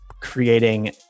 creating